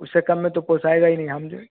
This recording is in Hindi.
उससे कम में तो पोसाएगा ही नहीं हाँ मुझे